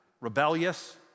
rebellious